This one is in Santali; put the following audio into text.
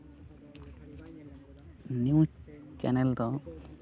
ᱱᱤᱭᱩᱡᱽ ᱪᱮᱱᱮᱞ ᱫᱚ